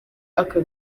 aka